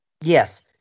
Yes